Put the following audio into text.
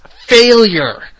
failure